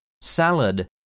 Salad